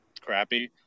crappy